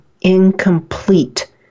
incomplete